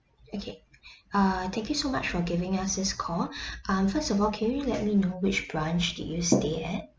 okay err thank you so much for giving us this call um first of all can you let me know which branch did you stay at